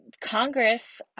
Congress